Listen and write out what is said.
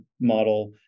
model